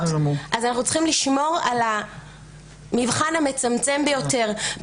אז אנחנו צריכים לשמור על המבחן המצמצם ביותר.